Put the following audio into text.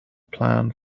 plan